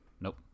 Nope